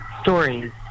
stories